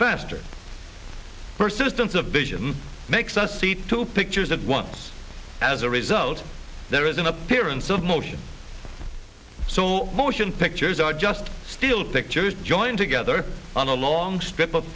faster persistence of vision makes us see two pictures at once as a result there is an appearance of motion so all motion pictures are just still pictures joined together on a long strip of